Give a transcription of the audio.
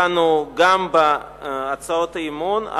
דנו גם בהצעות האי-אמון,